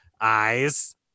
Eyes